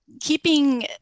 keeping